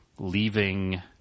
leaving